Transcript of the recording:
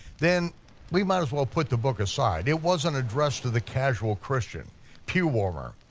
then we might as well put the book aside, it wasn't addressed to the casual christian pew-warmer,